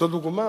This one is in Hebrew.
זאת דוגמה